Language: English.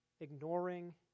ignoring